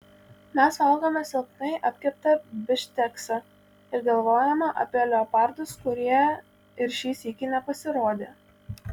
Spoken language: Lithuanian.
mes valgome silpnai apkeptą bifšteksą ir galvojame apie leopardus kurie ir šį sykį nepasirodė